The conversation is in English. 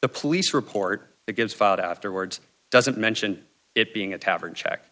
the police report that gives fog afterwards doesn't mention it being a tavern check